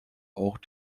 auch